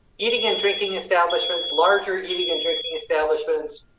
eating and drinking establishments, larger eating and drinking establishments.